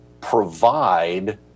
provide